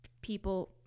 people